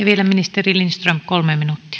vielä ministeri lindström kolme minuuttia